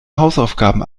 hausaufgaben